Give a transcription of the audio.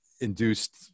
induced